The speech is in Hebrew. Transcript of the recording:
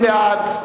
40 בעד,